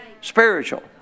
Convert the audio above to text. Spiritual